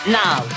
now